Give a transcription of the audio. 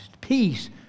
Peace